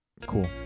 cool